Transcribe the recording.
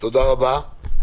תודה רבה.